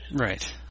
Right